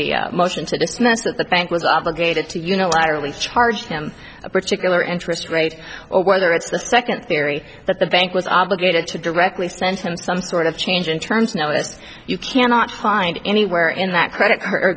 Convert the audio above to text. dismiss the bank was obligated to unilaterally charge him a particular interest rate or whether it's the second theory that the bank was obligated to directly sent him some sort of change in terms notice you cannot find anywhere in that credit